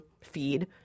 feed